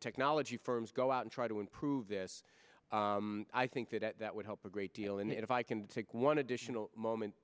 technology firms go out and try to improve this i think that at that would help a great deal and if i can take one additional moment